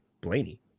blaney